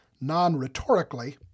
non-rhetorically